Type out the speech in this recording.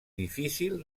difícil